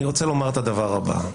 אני רוצה לומר את הדבר הבא.